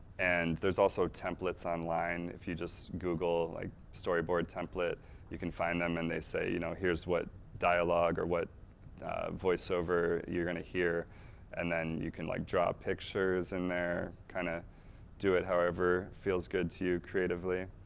and there's also templates online if you just google like storyboard template you can find them and they say you know here's what dialogue or what voice over you're going to hear and then you can like draw pictures in there, kind of do it however feels good to you creatively.